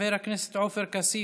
חבר הכנסת עופר כסיף,